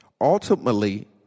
ultimately